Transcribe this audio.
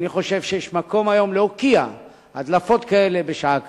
אני חושב שיש מקום היום להוקיע הדלפות כאלה בשעה כזו.